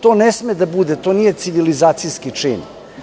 To ne sme da bude, to nije civilizacijski čin.